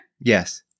Yes